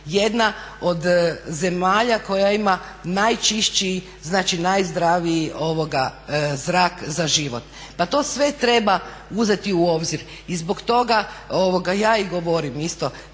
jedna od zemalja koja ima najčišći, znači najzdraviji zrak za život. Pa to sve treba uzeti u obzir i zbog toga ja i govorim isto,